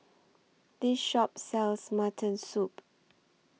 This Shop sells Mutton Soup